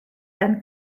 and